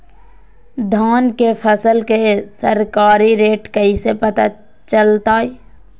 धान के फसल के सरकारी रेट कैसे पता चलताय?